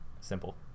simple